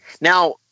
Now